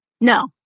No